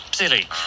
Silly